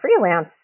freelance